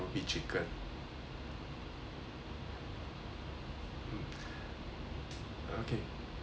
mm okay